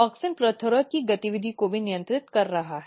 auxin PLETHORAS की गतिविधि को भी रेगुलेट कर रहा है